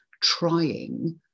trying